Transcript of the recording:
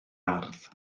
ardd